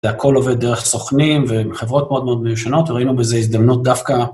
והכול עובד דרך סוכנים וחברות מאוד מאוד מיושנות וראינו בזה הזדמנות דווקא.